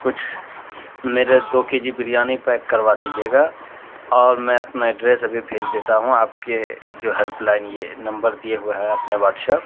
کچھ میرے دو کے جی بریانی پیک کروا دیجیے گا اور میں اپنا ایڈریس ابھی بھیج دیتا ہوں آپ کے جو ہیلپ لائن یہ نمبر دیے ہوا ہے آپ نے واٹش ایپ